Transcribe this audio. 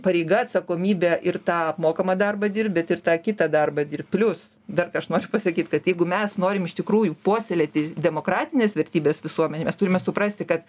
pareiga atsakomybė ir tą apmokamą darbą dirbt bet ir tą kitą darbą dirbt plius dar ką aš noriu pasakyt kad jeigu mes norim iš tikrųjų puoselėti demokratines vertybes visuomenėj mes turime suprasti kad